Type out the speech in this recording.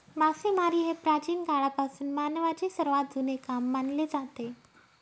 मासेमारी हे प्राचीन काळापासून मानवाचे सर्वात जुने काम मानले जाते